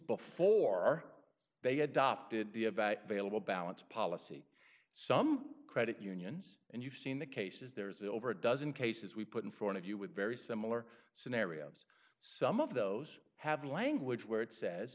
before they adopted the vailable balance policy some credit unions and you've seen the cases there's over a dozen cases we put in front of you with very similar scenarios some of those have language where it says